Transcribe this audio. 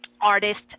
artist